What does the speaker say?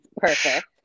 perfect